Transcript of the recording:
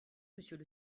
monsieur